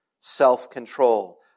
self-control